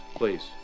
please